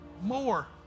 more